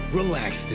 relax